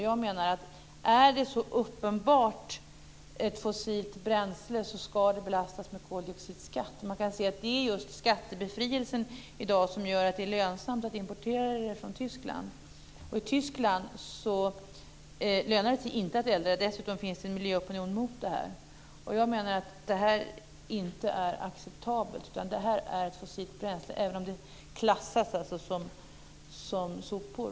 Jag menar att om det så uppenbart är ett fossilt bränsle så ska det belastas med koldioxidskatt. Man kan se att det är just skattebefrielsen i dag som gör att det är lönsamt att importera det från Tyskland. I Tyskland lönar det sig inte att elda. Dessutom finns det en miljöopinion mot detta. Jag menar att detta inte är acceptabelt. Detta är ett fossilt bränsle även om det klassas som sopor.